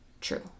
True